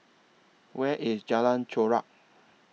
Where IS Jalan Chorak